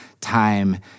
time